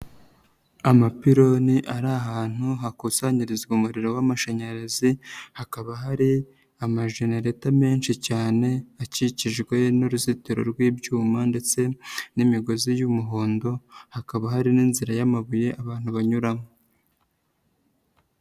Amapironi ari ahantu hakusanyirizwa umuriro w'amashanyarazi, hakaba hari amajenereta menshi cyane, akikijwe n'uruzitiro rw'ibyuma ndetse n'imigozi y'umuhondo, hakaba hari n'inzira y'amabuye abantu banyuramo.